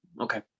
okay